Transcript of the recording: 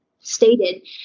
stated